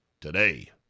today